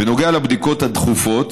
בנוגע לבדיקות הדחופות,